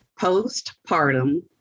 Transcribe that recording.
postpartum